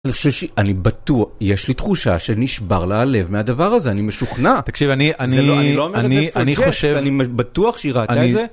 אני חושב ש... אני בטוח, יש לי תחושה שנשבר לה הלב מהדבר הזה, אני משוכנע. תקשיב, אני, אני, אני, אני חושב, אני בטוח שהיא ראתה את זה.